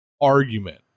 argument